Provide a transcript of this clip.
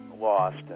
lost